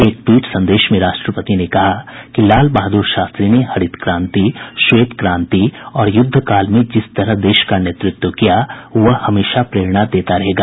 एक ट्वीट संदेश में राष्ट्रपति ने कहा है कि लाल बहादुर शास्त्री ने हरित क्रांति श्वेत क्रांति और युद्ध काल में जिस तरह देश का नेतृत्व किया वह राष्ट्र को हमेशा प्रेरणा देता रहेगा